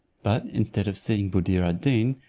but, instead of seeing buddir ad deen,